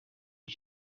iki